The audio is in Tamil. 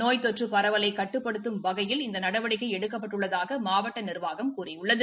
நோய் தொற்று பரவலை கட்டுப்படுத்தும் வகையில் இந்த நடவடிக்கை எடுக்கப்பட்டுள்ளதாக மாவட்ட நிர்வாகம் கூறியுள்ளது